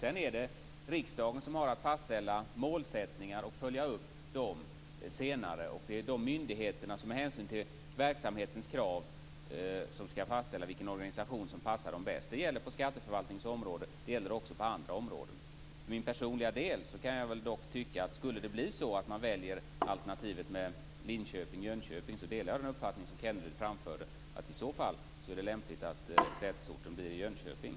Sedan är det riksdagen som har att fastställa målsättningar och följa upp dem senare. Det är myndigheterna som med hänsyn till verksamhetens krav skall fastställa vilken organisation som passar dem bäst. Det gäller på skatteförvaltningens område, och det gäller också på andra områden. För min personliga del kan jag dock säga att skulle man välja alternativet Linköping eller Jönköping delar jag den uppfattning som Rolf Kenneryd framförde, att det i så fall är lämpligt att sätesorten blir Jönköping.